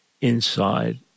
inside